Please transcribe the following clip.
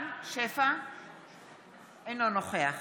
אינו נוכח